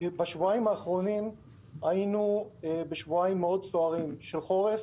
בשבועיים האחרונים היינו בשבועיים מאוד סוערים של חורף,